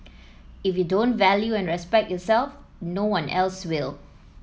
if you don't value and respect yourself no one else will